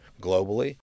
globally